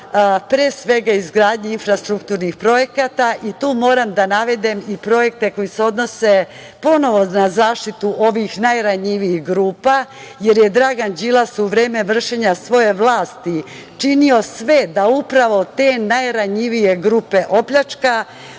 pre svega izgradnje infrastrukturnih projekata i tu moram da navedem i projekte koji se odnose ponovo na zaštitu ovih najranjivijih grupa, jer je Dragan Đilas u vreme vršenja svoje vlasti činio sve da upravo te najranjivije grupe opljačka. Ovim